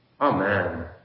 Amen